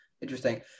interesting